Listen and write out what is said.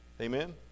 Amen